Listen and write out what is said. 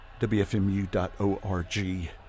WFMU.org